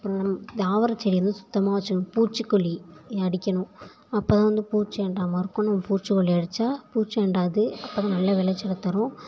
அப்புறம் தாவரச்செடி வந்து சுத்தமாக வச்சுக்கணும் பூச்சிக்கொல்லி அடிக்கணும் அப்போ தான் வந்து பூச்சி அண்டாமல் இருக்கும் நம்ம பூச்சிக்கொல்லி அடித்தா பூச்சி அண்டாது அப்போ தான் நல்ல வெளைச்சலை தரும்